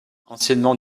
anciennement